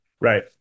right